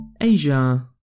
Asia